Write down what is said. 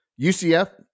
UCF